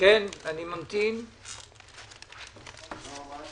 ותנאים למתן גמול או